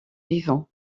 vivants